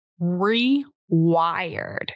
rewired